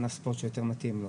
ענף ספורט שיותר מתאים לו.